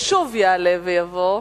ושוב יעלה ויבוא,